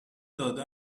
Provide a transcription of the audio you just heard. داده